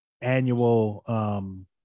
annual